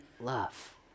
love